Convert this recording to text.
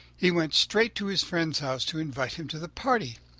he went straight to his friend's house to invite him to the party,